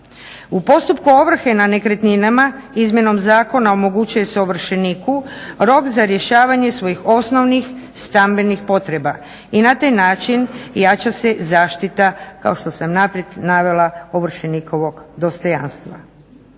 U postupku ovrhe na nekretninama izmjenom zakona omogućuje se ovršeniku rok za rješavanje svojih osnovnih, stambenih potreba i na taj način jača se zaštita, kao što sam unaprijed navela ovršenikovog dostojanstva.